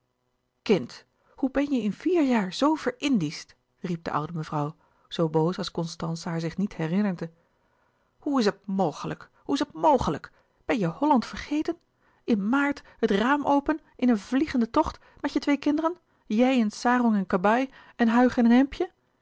kind hoe ben je in vier jaar zoo ver-indiescht riep de oude mevrouw zoo boos als constance haar zich niet herinnerde hoe is het mogelijk hoe is het mogelijk ben je hollouis couperus de boeken der kleine zielen land vergeten in maart het raam open in een vliegende tocht met je twee kinderen jij in sarong en kabaai en huig in een hemdje